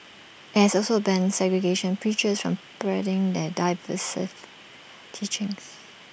IT has also banned segregationist preachers from spreading their divisive teachings